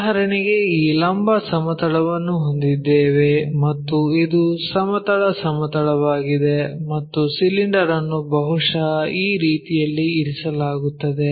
ಉದಾಹರಣೆಗೆ ಈ ಲಂಬ ಸಮತಲವನ್ನು ಹೊಂದಿದ್ದೇವೆ ಮತ್ತು ಇದು ಸಮತಲ ಸಮತಲವಾಗಿದೆ ಮತ್ತು ಸಿಲಿಂಡರ್ ಅನ್ನು ಬಹುಶಃ ಈ ರೀತಿಯಲ್ಲಿ ಇರಿಸಲಾಗುತ್ತದೆ